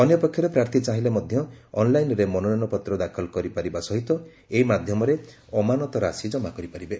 ଅନ୍ୟପକ୍ଷରେ ପ୍ରାର୍ଥୀ ଚାହିଁଲେ ମଧ୍ୟ ଅନ୍ଲାଇନରେ ମନୋନୟନପତ୍ର ଦାଖଲ କରିପାରିବା ସହିତ ଏହି ମାଧ୍ୟମରେ ଅମାନତ ରାଶି ଜମା କରିପାରିବେ